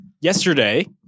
Yesterday